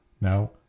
Now